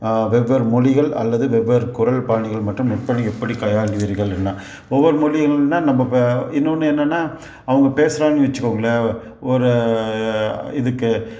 வெவ்வேறு மொழிகள் அல்லது வெவ்வேறு குரல் பாணிகள் மற்றும் எப்படி எப்படி கையாளுவீர்களுனா ஒவ்வொரு மொழிகள்னா நம்ம இப்போ இன்னொன்று என்னென்னா அவங்க பேசுகிறாங்கன்னு வச்சுக்கோங்களேன் ஒரு இதுக்கு